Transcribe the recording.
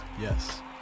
Yes